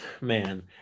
man